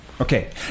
Okay